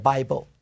Bible